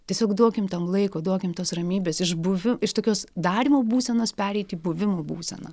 tiesiog duokim tam laiko duokim tos ramybės iš buvi iš tokios darymo būsenos pereit į buvimo būseną